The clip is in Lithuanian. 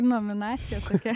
nominacija kokia